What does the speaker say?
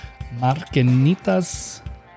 Marquenitas